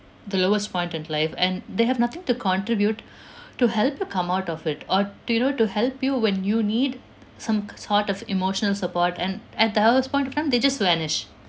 the lowest point in life and they have nothing to contribute to help you come out of it or to you know to help you when you need some sort of emotional support and at the worst point of time they just vanished